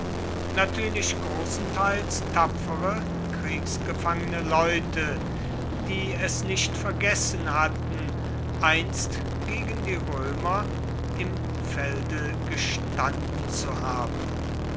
natürlich großenteils tapfere kriegsgefangene leute die es nicht vergessen hatten einst gegen die römer im felde gestanden zu haben